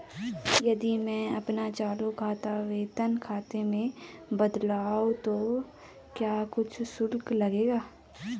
यदि मैं अपना चालू खाता वेतन खाते में बदलवाऊँ तो क्या कुछ शुल्क लगेगा?